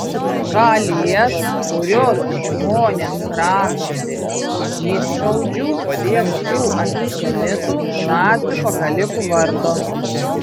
šalies kurios žmonės kratosi žydšaudžių tamsių antisemitų nacių pakalikų vardo